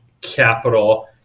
capital